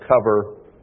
cover